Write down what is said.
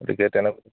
গতিকে